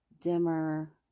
dimmer